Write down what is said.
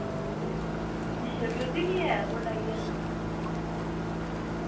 अच्छा म्यूजिक ही ऐ थोआढ़ा इ'यां